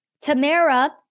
Tamara